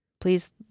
Please